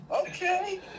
Okay